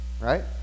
right